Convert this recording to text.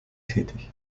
tätig